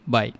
Bye